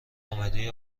کمدی